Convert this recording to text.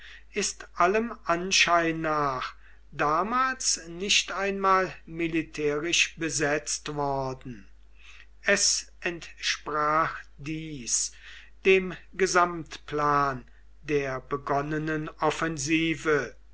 ist allem anschein nach damals nicht einmal militärisch besetzt worden es entsprach dies dem gesamtplan der begonnenen offensive